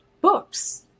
books